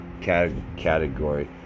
category